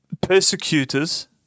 persecutors